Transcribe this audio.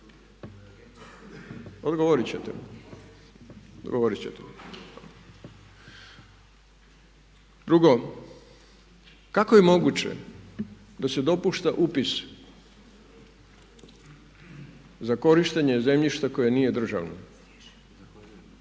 Odgovoriti ćete, odgovoriti ćete. Drugo, kako je moguće da se dopušta upis za korištenje zemljišta koje nije državno?